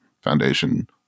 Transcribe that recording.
Foundation